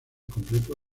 completo